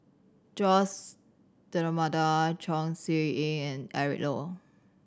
Jose D'Almeida Chong Siew Ying and Eric Low